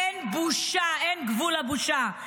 אין בושה, אין גבול לבושה.